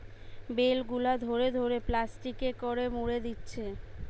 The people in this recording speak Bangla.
বেল গুলা ধরে ধরে প্লাস্টিকে করে মুড়ে দিচ্ছে